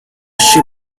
ship